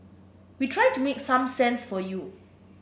we try to make some sense for you